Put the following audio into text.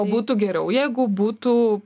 o būtų geriau jeigu būtų